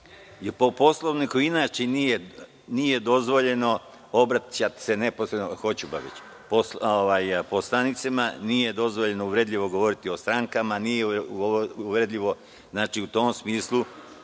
Po Poslovniku, inače, nije dozvoljeno obraćati se neposredno poslanicima, nije dozvoljeno uvredljivo govoriti o strankama, nije uvredljivo u tom smislu.